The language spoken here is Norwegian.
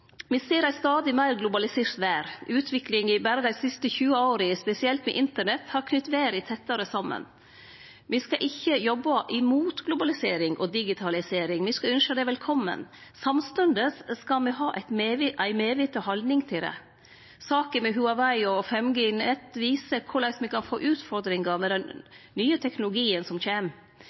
Me ser ei stadig meir globalisert verd. Utviklinga berre dei siste tjue åra, spesielt med internett, har knytt verda tettare saman. Me skal ikkje jobbe imot globalisering og digitalisering. Me skal ynskje det velkomen. Samstundes skal me ha ei medviten haldning til det. Saka med Huawei og 5G-nett viser kva utfordringar me kan få med den nye teknologien som kjem.